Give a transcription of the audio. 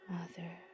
Mother